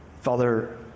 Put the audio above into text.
Father